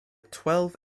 twelve